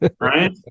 Right